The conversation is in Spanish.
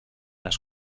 las